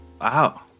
Wow